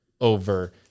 over